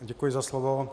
Děkuji za slovo.